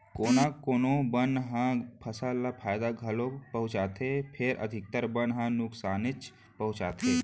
कोना कोनो बन ह फसल ल फायदा घलौ पहुँचाथे फेर अधिकतर बन ह नुकसानेच करथे